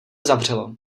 zavřelo